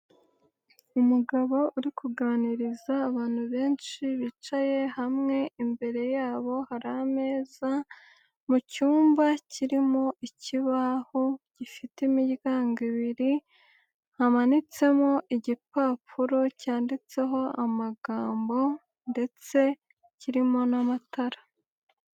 Umugabo uri kuganiriza abantu benshi bicaye hamwe, imbere yabo hari ameza mu cyumba kirimo ikibaho gifite imiryango ibiri hamanitsemo igipapuro cyanditseho amagambo ndetse kirimo n'amatara.